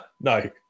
No